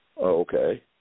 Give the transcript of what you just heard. Okay